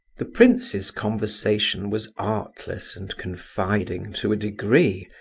the prince's conversation was artless and confiding to a degree,